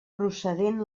procedent